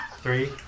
three